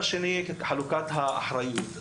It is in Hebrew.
בנוסף, בנושא חלוקת האחריות.